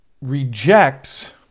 rejects